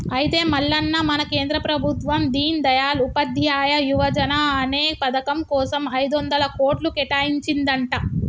అయితే మల్లన్న మన కేంద్ర ప్రభుత్వం దీన్ దయాల్ ఉపాధ్యాయ యువజన అనే పథకం కోసం ఐదొందల కోట్లు కేటాయించిందంట